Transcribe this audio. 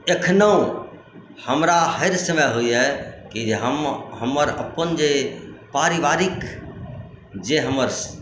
एखनहुँ हमरा हर समय होइए कि हम हमर अपन जे पारिवारिक जे हमर